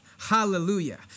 Hallelujah